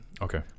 Okay